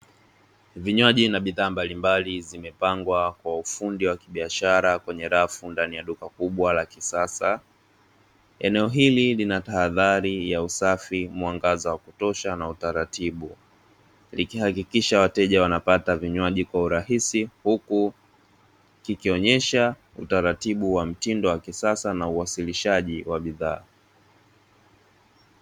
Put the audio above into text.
Vinywaji na bidhaa mbalimbali zimepangwa kwa ufundi wa kibiashara kwenye rafu ndani ya duka kubwa la kisasa. Eneo hili lina tahadhari ya usafi, mwangaza wa kutosha, na utaratibu likihakikisha wateja wanapata vinywaji kwa urahisi; huku kikionyesha utaratibu wa mtindo wa kisasa na uwasilishaji wa bidhaa.